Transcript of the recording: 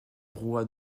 roi